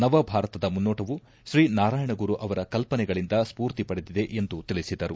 ನವ ಭಾರತದ ಮುನ್ನೋಟವು ಶ್ರೀ ನಾರಾಯಣ ಗುರು ಅವರ ಕಲ್ಪನೆಗಳಿಂದ ಸ್ಪೂರ್ತಿ ಪಡೆದಿದೆ ಎಂದು ತಿಳಿಸಿದರು